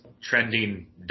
trending